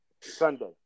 Sunday